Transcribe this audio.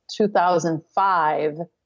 2005